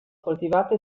coltivate